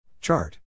Chart